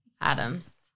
Adams